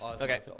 Okay